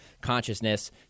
consciousness